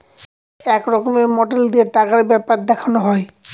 এক রকমের মডেল দিয়ে টাকার ব্যাপার দেখানো হয়